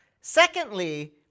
Secondly